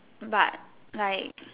but like